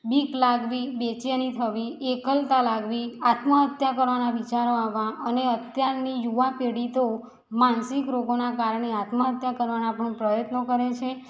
બીક લાગવી બેચેની થવી એકલતા લાગવી આત્મહત્યા કરવાનાં વિચારો આવવા અને અત્યારની યુવા પેઢી તો માનસિક રોગોના કારણે આત્મહત્યા કરવાના પણ પ્રયત્નો કરે છે